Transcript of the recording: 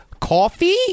coffee